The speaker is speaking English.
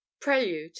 Prelude